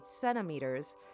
centimeters